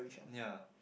ya